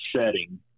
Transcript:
setting